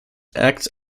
acts